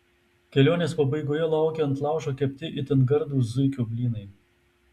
kelionės pabaigoje laukia ant laužo kepti itin gardūs zuikio blynai